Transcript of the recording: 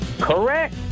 Correct